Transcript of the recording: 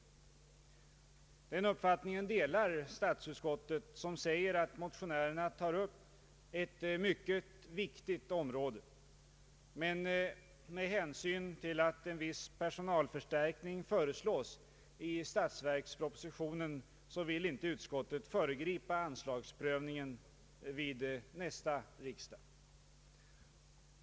Denna uppfattning delar också statsutskottet som säger att motionärerna tar upp ”ett mycket viktigt område”. Men med hänsyn till att en viss personalförstärkning föreslås i statsverkspropositionen vill inte utskottet föregripa anslagsprövningen vid nästa riksdag.